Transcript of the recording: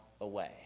away